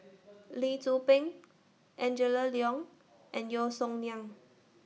Lee Tzu Pheng Angela Liong and Yeo Song Nian